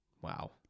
Wow